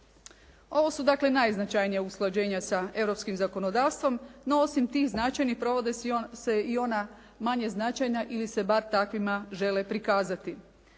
Ovo su dakle najznačajnija usklađenja sa europskom zakonodavstvom. No, osim tih značajnih provode se i ona manje značajna ili se bar takvima žele prikazati.